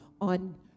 on